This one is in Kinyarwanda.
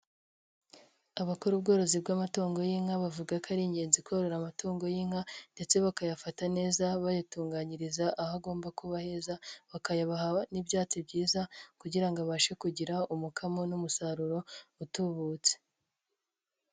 Abakora ubworozi bw'amatungo y'inka, bavuga ko ari ingenzi korora amatungo y'inka ndetse bakayafata neza, bayatunganyiriza aho agomba kuba heza, bakayaha n'ibyatsi byiza kugira ngo abashe kugira umukamo n'umusaruro utubutse.